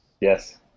Yes